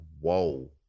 whoa